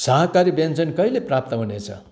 शाकाहारी व्यञ्जन कहिले प्राप्त हुनेछ